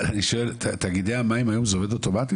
אבל אני שואל, תאגידי המים היום זה עובד אוטומטי?